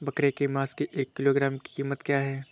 बकरे के मांस की एक किलोग्राम की कीमत क्या है?